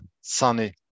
sunny